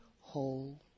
whole